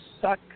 suck